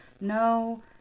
no